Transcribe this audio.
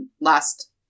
Last